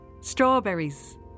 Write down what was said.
Strawberries